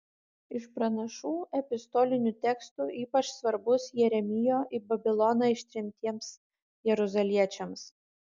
iš pranašų epistolinių tekstų ypač svarbus jeremijo į babiloną ištremtiems jeruzaliečiams